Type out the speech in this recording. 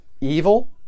evil